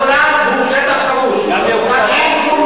זה לא שטח ריבוני.